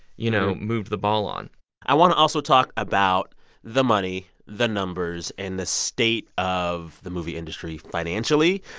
you know, moved the ball on i want to also talk about the money, the numbers and the state of the movie industry financially.